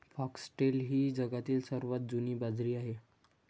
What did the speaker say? foxtail ही जगातील सर्वात जुनी बाजरी आहे